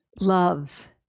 Love